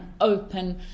open